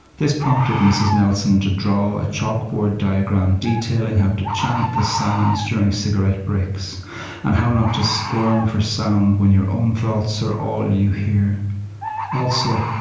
this prompted mrs. nelson to draw a chalkboard diagram detailing how to chant the psalms during cigarette breaks and how not to squirm for sound when your own thoughts are all you hear also,